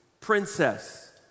princess